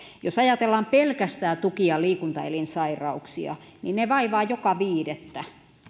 jos ajatellaan pelkästään tuki ja liikuntaelinsairauksia niin ne vaivaavat joka viidettä